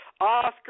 Oscar